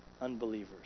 unbelievers